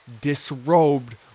disrobed